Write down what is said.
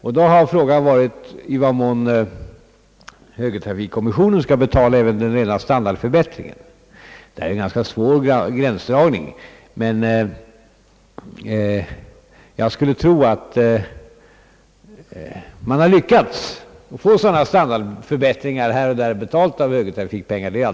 Frågan har då gällt i vad mån högertrafikkommissionen skall betala även standardförbättringen. Detta är en ganska svår gränsdragning. Det är alldeles klart att man här och där lyckats få sådana här standardförbättringar betalda med höger trafikpengar.